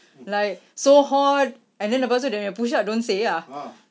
like so hot and then lepas tu dia punya push up don't say ah